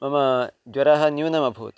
मम ज्वरः न्यूनमभूत्